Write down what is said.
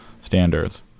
standards